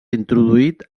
introduït